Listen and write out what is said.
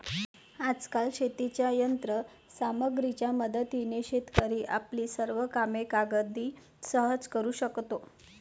आजकाल शेतीच्या यंत्र सामग्रीच्या मदतीने शेतकरी आपली सर्व कामे अगदी सहज करू शकतो